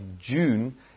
June